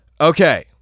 Okay